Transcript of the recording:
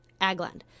Agland